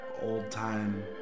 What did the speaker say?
old-time